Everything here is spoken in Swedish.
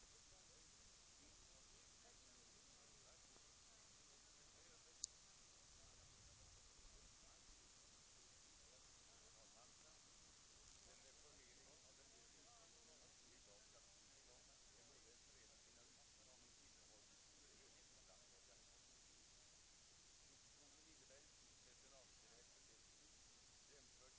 Men det får inte vara en tom demonstrationspolitik, utan det måste bli en bred internationell uppslutning kring de här frågorna. Beträffande de iranska studenter som herr Svensson åberopade kan jag säga att frågan om deras vidare öden är under prövning.